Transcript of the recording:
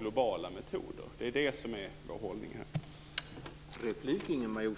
globala metoder. Det är det som är vår hållning här.